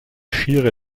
schiri